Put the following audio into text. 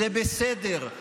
זה בסדר,